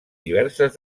diverses